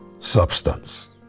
Substance